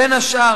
בין השאר,